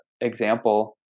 example